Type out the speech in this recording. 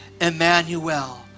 Emmanuel